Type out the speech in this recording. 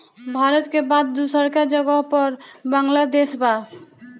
भारत के बाद दूसरका जगह पर बांग्लादेश बा